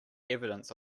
evidence